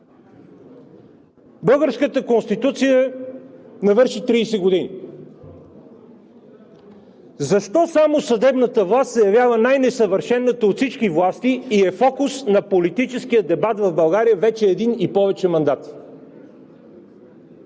Българската Конституция навърши 30 години. Защо само съдебната власт се явява най-несъвършената от всички власти и е фокус на политическия дебат в България вече един и повече мандати?!